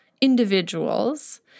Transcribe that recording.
individuals